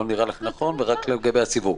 לא נראה לך נכון ורק לגבי הסיווג.